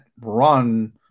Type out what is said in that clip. run